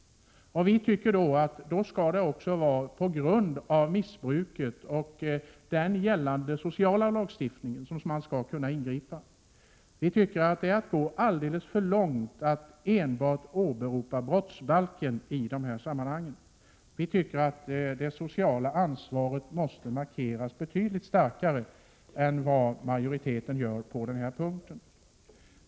Vi tycker att det då också skall vara på grund av missbruk och med stöd av en gällande sociallagstiftning som man kan ingripa. Det är att gå alldeles för långt att åberopa endast brottsbalken i sådana sammanhang. Det sociala ansvaret måste markeras betydligt starkare än vad majoriteten gör på denna punkt.